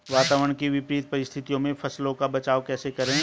वातावरण की विपरीत परिस्थितियों में फसलों का बचाव कैसे करें?